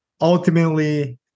ultimately